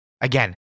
again